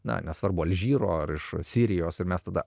na nesvarbu alžyro ar iš sirijos ir mes tada